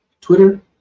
Twitter